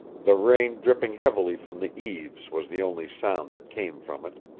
the rain dripping heavily from the eaves was the only sound that came from it,